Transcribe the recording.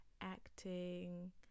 acting